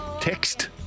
text